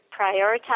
prioritize